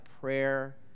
prayer